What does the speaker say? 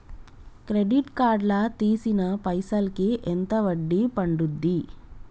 Credit card లా తీసిన పైసల్ కి ఎంత వడ్డీ పండుద్ధి?